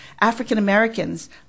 African-Americans